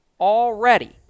already